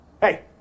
Hey